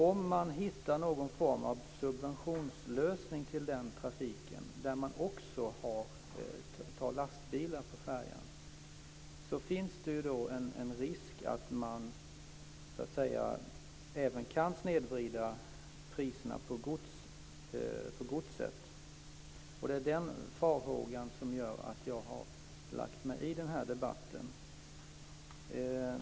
Om man hittar någon form av subventionslösning för den trafiken där man också tar lastbilar på färjan, finns det en risk att man även kan snedvrida priserna på godset. Det är den farhågan som gör att jag har lagt mig i den här debatten.